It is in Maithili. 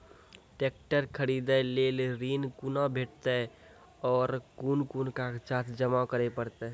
ट्रैक्टर खरीदै लेल ऋण कुना भेंटते और कुन कुन कागजात जमा करै परतै?